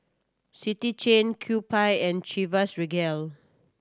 City Chain Kewpie and Chivas Regal